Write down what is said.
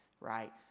right